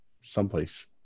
someplace